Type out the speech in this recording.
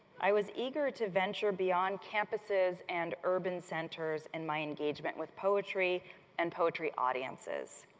i was eager to venture beyond campuses and urban centers in my engagement with poetry and poetry audiences.